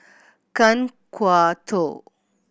Kan Kwok Toh